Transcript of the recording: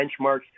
benchmarks